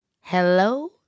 Hello